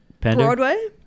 Broadway